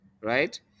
right